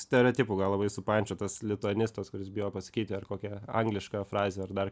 stereotipų gal labai supančiotas lituanistas kuris bijo pasakyti ar kokią anglišką frazę ar dar